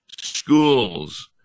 schools